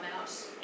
out